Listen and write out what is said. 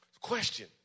Question